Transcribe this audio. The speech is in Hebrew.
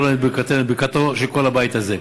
תמסור להם את ברכתנו, את ברכת כל הבית הזה.